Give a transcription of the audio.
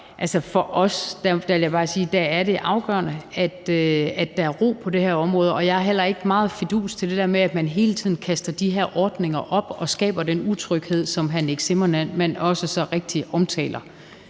for os er afgørende, at der er ro på det her område, og jeg har heller ikke meget fidus til det der med, at man hele tiden kaster de her ordninger op og skaber den utryghed, som hr. Nick Zimmermann